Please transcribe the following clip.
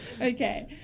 Okay